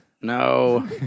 No